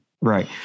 Right